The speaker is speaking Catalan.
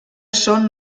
són